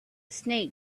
snake